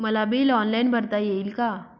मला bill online भरता येईल का?